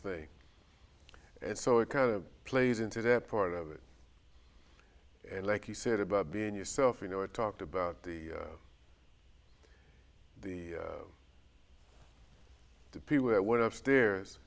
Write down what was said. thing and so it kind of played into that part of it and like you said about being yourself you know i talked about the the people that were upstairs